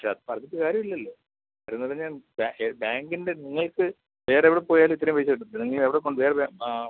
പക്ഷെ അത് പറഞ്ഞിട്ട് കാര്യം ഇലല്ലോ ഞാൻ ബേങ്കിൻ്റെ നിങ്ങൾക്ക് വേറെ എവിടെ പോയാലും ഇത്രയും പൈസ കിട്ടത്തില്ല നിങ്ങൾ എവിടെ കൊണ്ടുപോയി ഏത് ആ